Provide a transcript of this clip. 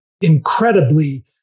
incredibly